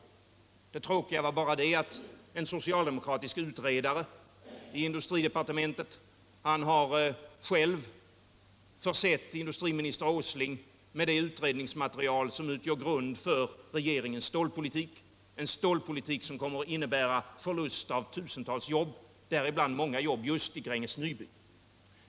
Det tråkiga är bara att en socialdemokratisk utredare i industridepartementet själv har försett industriminister Åsling med det utredningsmaterial som nu utgör grunden för regeringens stålpolitik, en politik som kommer att innebära förlust av tusentals jobb, däribland många just vid Gränges Nyby.